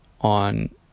on